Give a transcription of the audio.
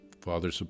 Father